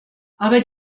aber